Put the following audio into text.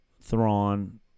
Thrawn